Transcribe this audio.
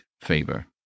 favor